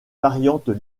variantes